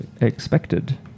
expected